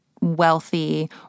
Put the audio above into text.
wealthy